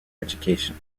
education